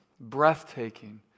breathtaking